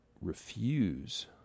refuse